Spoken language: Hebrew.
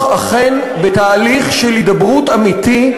אכן בתהליך של הידברות אמיתית,